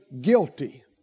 guilty